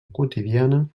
quotidiana